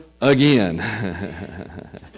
again